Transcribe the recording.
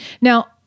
Now